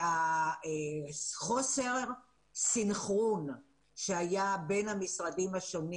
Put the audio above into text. חוסר הסנכרון שהיה בין המשרדים השונים